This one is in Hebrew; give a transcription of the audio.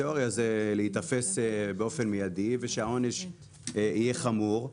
התיאוריה זה להיתפס באופן מיידי ושהעונש יהיה חמור,